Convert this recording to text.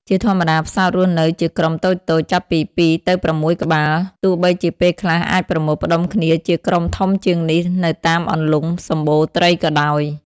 ជាធម្មតាផ្សោតរស់នៅជាក្រុមតូចៗ ចាប់ពី ២ ទៅ ៦ ក្បាល ទោះបីជាពេលខ្លះអាចប្រមូលផ្តុំគ្នាជាក្រុមធំជាងនេះនៅតាមអន្លង់សម្បូរត្រីក៏ដោយ។